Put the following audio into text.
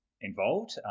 involved